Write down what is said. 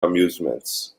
amusements